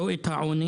לא את העוני,